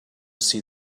see